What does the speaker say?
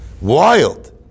Wild